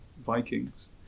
vikings